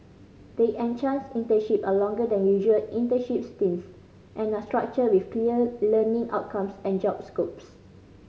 the enhanced internship are longer than usual internship stints and structured with clear learning outcomes and job scopes